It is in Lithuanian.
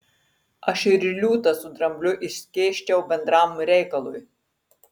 aš ir liūtą su drambliu išskėsčiau bendram reikalui